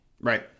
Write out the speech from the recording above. Right